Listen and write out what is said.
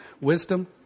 wisdom